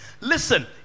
Listen